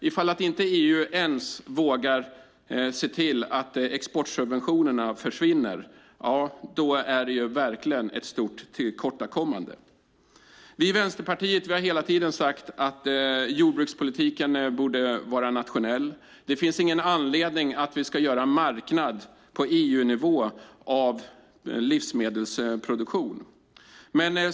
Ifall EU inte ens vågar se till att exportsubventionerna försvinner är det verkligen ett stort tillkortakommande. Vi i Vänsterpartiet har hela tiden sagt att jordbrukspolitiken borde vara nationell. Det finns ingen anledning att göra marknad på EU-nivå av livsmedelsproduktion.